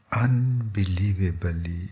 unbelievably